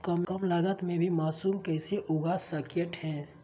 कम लगत मे भी मासूम कैसे उगा स्केट है?